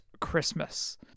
Christmas